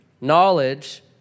knowledge